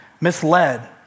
misled